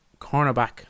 cornerback